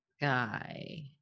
Guy